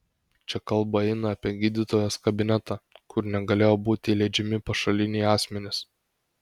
čia kalba eina apie gydytojos kabinetą kur negalėjo būti įleidžiami pašaliniai asmenys